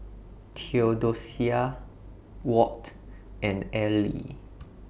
Theodocia Watt and Elie